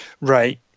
right